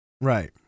Right